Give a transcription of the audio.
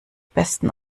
besten